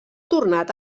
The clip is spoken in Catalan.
tornat